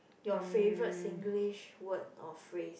your favorite Singlish word or phrase